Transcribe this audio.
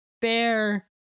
bear